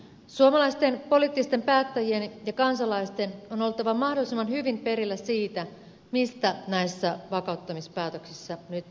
suomalaisten poliittisten päättäjien ja kansalaisten on oltava mahdollisimman hyvin perillä siitä mistä näissä vakauttamispäätöksissä nyt on kyse